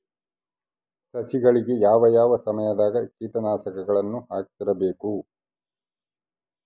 ಸಸಿಗಳಿಗೆ ಯಾವ ಯಾವ ಸಮಯದಾಗ ಕೇಟನಾಶಕಗಳನ್ನು ಹಾಕ್ತಿರಬೇಕು?